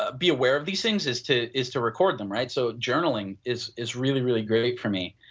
ah be aware of these things is to is to record them, right, so journaling is is really, really great for me.